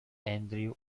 andrew